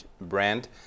brand